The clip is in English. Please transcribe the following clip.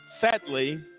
sadly